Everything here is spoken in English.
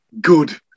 good